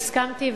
והסכמתי,